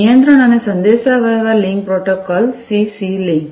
નિયંત્રણ અને સંદેશાવ્યવહાર લિંક પ્રોટોકોલ સીસી લિંક